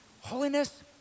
holiness